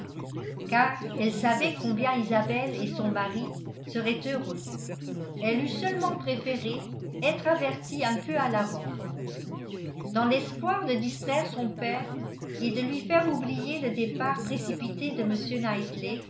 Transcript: car elle savait combien isabelle et son mari seraient heureux elle eût seulement préféré être avertie un peu à l'avance dans l'espoir de distraire son père et de lui faire oublier le départ précipité de